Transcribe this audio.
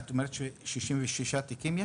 את אומרת שיש 66 תיקים?